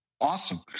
Awesome